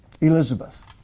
Elizabeth